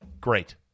great